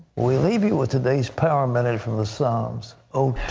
we leave you with today's power minute from the psalms oh,